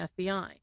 FBI